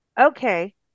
okay